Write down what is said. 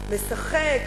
משחק,